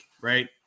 right